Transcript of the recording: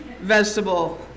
vegetable